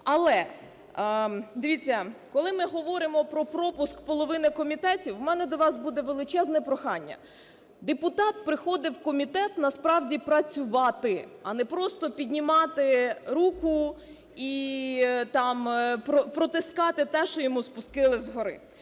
Але, дивіться, коли ми говоримо про пропуск половини комітетів, в мене до вас буде величезне прохання. Депутат приходить в комітет насправді працювати, а не просто піднімати руку і там протискати те, що йому спустили згори.